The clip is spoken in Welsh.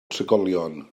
trigolion